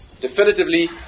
definitively